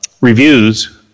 reviews